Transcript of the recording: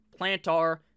plantar